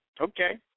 Okay